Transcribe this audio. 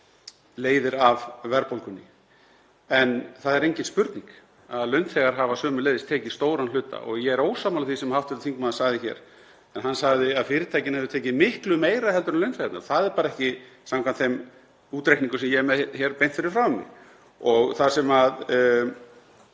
leiðir af verðbólgunni. En það er engin spurning að launþegar hafa sömuleiðis tekið stóran hluta og ég er ósammála því sem hv. þingmaður sagði hér en hann sagði að fyrirtækin hefðu tekið miklu meira heldur en launþegarnir. Það er ekki samkvæmt þeim útreikningum sem ég hef beint fyrir framan mig og það sem